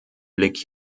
blick